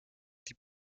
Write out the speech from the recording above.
die